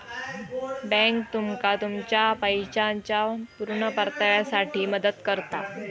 bank तुमका तुमच्या पैशाच्या पुर्ण परताव्यासाठी मदत करता